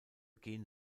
gehen